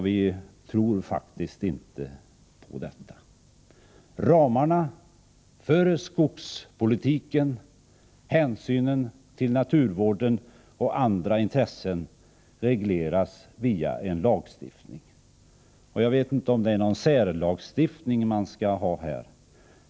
Vi tror faktiskt inte på detta. Ramarna för skogspolitiken — hänsynen till naturvården och andra intressen — regleras via lagstiftning. Jag vet inte om det är någon särlagstiftning man vill ha här.